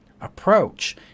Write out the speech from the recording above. approach